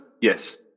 Yes